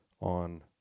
on